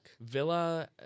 Villa